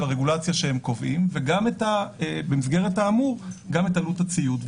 הרגולציה שהם קובעים ובמסגרת האמור גם את עלות הציות,